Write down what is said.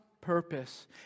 purpose